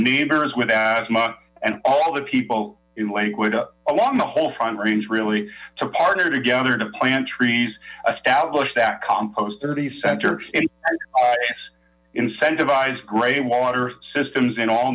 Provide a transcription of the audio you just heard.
neighbors with asthma and all the people in lakewood along the whole front range really to partner together to plant trees establish that compost thirty centers and incentivized gray water systems in